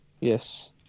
Yes